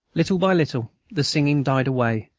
little by little the singing died away,